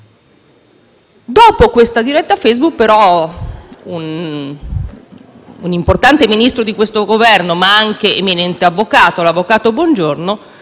Dopo la diretta Facebook, però, un'importante ministro di questo Governo, nonché eminente avvocato, l'avvocato Bongiorno,